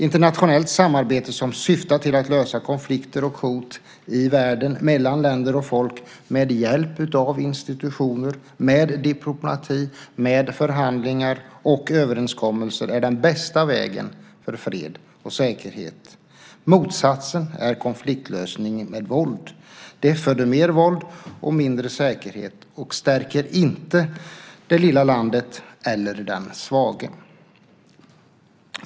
Internationellt samarbete som syftar till att lösa konflikter och hot i världen mellan länder och folk med hjälp av institutioner, med diplomati, förhandlingar och överenskommelser är den bästa vägen för fred och säkerhet. Motsatsen är konfliktlösning med våld. Det föder mer våld och mindre säkerhet och stärker inte det lilla landet eller den svage.